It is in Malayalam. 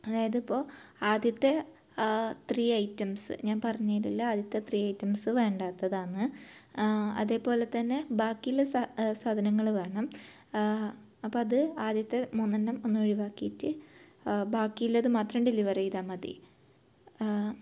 അതായത് ഇപ്പോൾ ആദ്യത്തെ ത്രീ ഐറ്റംസ് ഞാൻ പറഞ്ഞതിലുള്ള ആദ്യത്തെ ത്രീ ഐറ്റംസ് വേണ്ടാത്തതാണ് അതേപോലെ തന്നെ ബാക്കിയുള്ള സാ സാധനങ്ങൾ വേണം അപ്പം അത് ആദ്യത്തെ മൂന്നെണ്ണം ഒന്ന് ഒഴിവാക്കിയിട്ട് ബാക്കിയുള്ളത് മാത്രം ഡെലിവർ ചെയ്താൽ മതി